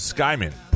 Skyman